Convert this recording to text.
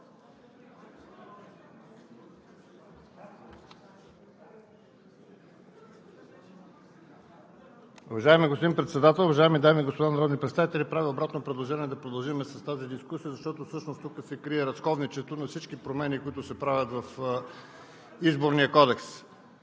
Уважаеми господин Председател, уважаеми дами и господа народни представители! Правя обратно предложение – да продължим с тази дискусия, защото всъщност тук се крие разковничето на всички промени, които се правят в Изборния кодекс.